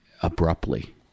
abruptly